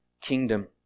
kingdom